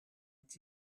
est